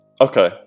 Okay